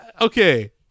Okay